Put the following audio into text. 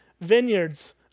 vineyards